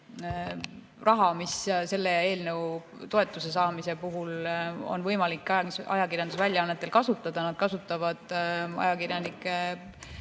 raha, mida selle eelnõu toetamise korral on võimalik ajakirjandusväljaannetel kasutada, nad kasutavad ajakirjanikele